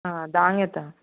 आं धांक येता